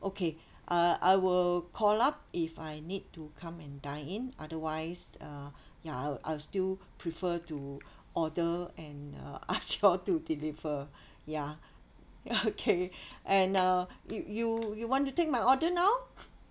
okay uh I will call up if I need to come and dine in otherwise uh ya I'll I'll still prefer to order and uh ask you all to deliver ya okay and uh you you you want to take my order now